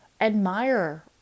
admire